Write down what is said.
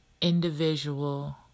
individual